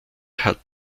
hat